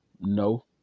No